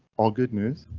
all good news.